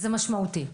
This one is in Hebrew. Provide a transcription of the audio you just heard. זה משמעותי.